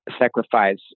sacrifice